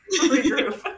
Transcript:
regroup